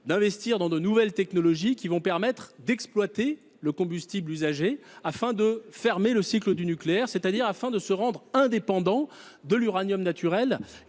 d’investir dans de nouvelles technologies permettant d’exploiter le combustible usagé, afin de clore le cycle du nucléaire, c’est à dire de nous rendre indépendants de l’uranium naturel